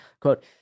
Quote